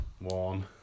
One